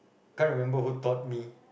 can't remember who taught me